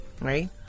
right